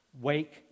wake